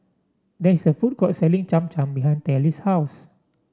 there is a food court selling Cham Cham behind Tallie's house